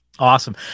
Awesome